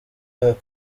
aka